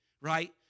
right